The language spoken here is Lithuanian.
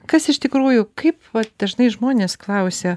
kas iš tikrųjų kaip dažnai žmonės klausia